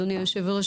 אדוני היו"ר,